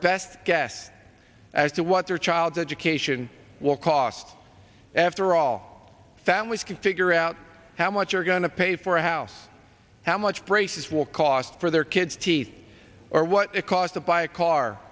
best guess as to what their child's education will cost after all families can figure out how much you're going to pay for a house how much braces will cost for their kids teeth or what it cost to buy a car